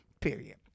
Period